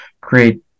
create